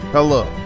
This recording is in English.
Hello